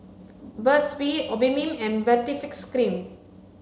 Burt's bee Obimin and Baritex cream